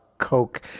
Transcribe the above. coke